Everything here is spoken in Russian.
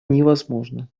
невозможно